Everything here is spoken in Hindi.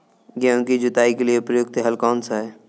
गेहूँ की जुताई के लिए प्रयुक्त हल कौनसा है?